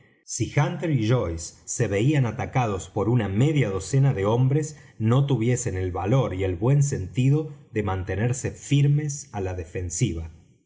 si hunter y joyce se veían atacados por una media docena de hombres no tuviesen el valor y el buen sentido de mantenerse firmes á la defensiva